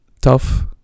tough